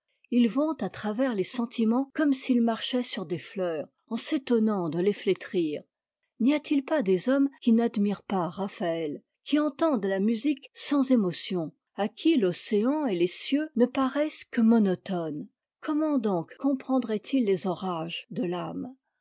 ils vont à travers les sentiments comme s'ils marchaient sur des fleurs en s'étonnant de les flétrir n'y a-t-il pas des hommes qui n'admirent pas raphaël qui entendent la musique sans émotion à qui l'océan et les cieux ne paraissent que monotones comment donc comprendraient ils les orages de t'âme